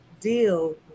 deal